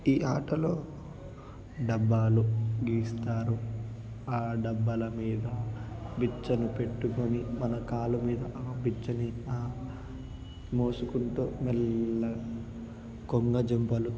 ఈ ఆటలో డబ్బాలు గీస్తారు ఆ డబ్బాల మీద బెచ్చలు పెట్టుకొని మన కాలు మీద ఆ బెచ్చని ఆ మోసుకుంటు మెల్లగా కొంగ జంపలు